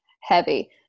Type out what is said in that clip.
heavy